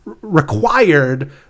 required